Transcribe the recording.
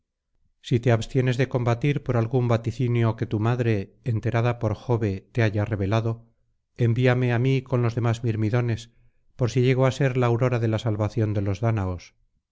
si te abstienes de combatir por algún vaticinio que tu madre enterada por jove te haya revelado envíame á mí con los demás mirmidones por si llego á ser la aurora de la salvación de los dáñaos